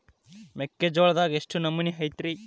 ಮೆಕ್ಕಿಜೋಳದಾಗ ಎಷ್ಟು ನಮೂನಿ ಐತ್ರೇ?